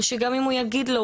או שגם אם הוא יגיד לו,